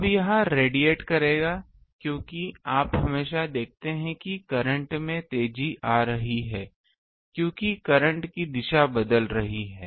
अब यह रेडिएट करेगा क्योंकि आप हमेशा देखते हैं कि करंट में तेजी आ रही है क्योंकि करंट की दिशा बदल रही है